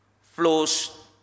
flows